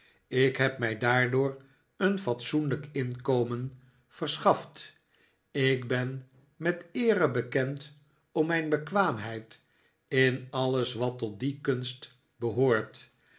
ik heb mij daardoor een fatsoenlijk inkomen verschaft ik ben met eere bekend om mijn bekwaamheid in alles wat tot die kunst behoort